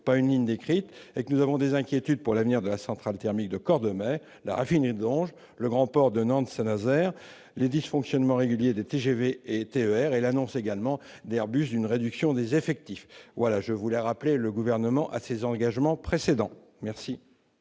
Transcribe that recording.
pas une ligne décrites et que nous avons des inquiétudes pour l'avenir de la centrale thermique de Cordemais, la raffinerie longe le grand port de Nantes-Saint-Nazaire les dysfonctionnements réguliers de TGV et TER, elle annonce également d'Airbus d'une réduction des effectifs, voilà je voulais rappeler le gouvernement à ses engagements précédents merci.